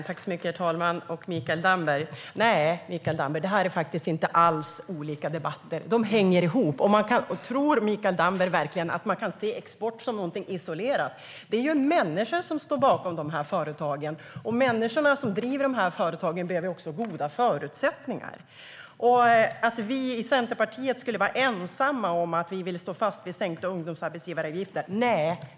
Herr talman! Tack, Mikael Damberg! Nej, det här är faktiskt inte alls olika debatter! De hänger ihop. Tror Mikael Damberg verkligen att man kan se export som någonting isolerat? Det är ju människor som står bakom de här företagen, och människorna som driver företagen behöver också goda förutsättningar. Att vi i Centerpartiet skulle vara ensamma om att vilja stå fast vid sänkta arbetsgivaravgifter stämmer inte heller.